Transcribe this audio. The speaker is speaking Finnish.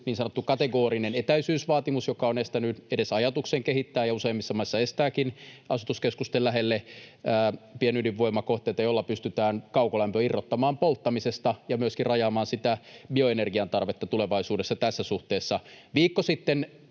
kategorinen etäisyysvaatimus, joka on estänyt edes ajatuksen kehittää — ja useimmissa maissa estääkin — asutuskeskusten lähelle pienydinvoimakohteita, joilla pystytään kaukolämpö irrottamaan polttamisesta ja myöskin rajaamaan sitä bioenergian tarvetta tulevaisuudessa tässä suhteessa. Viikko sitten